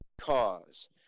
cause